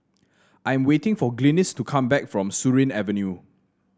I am waiting for Glynis to come back from Surin Avenue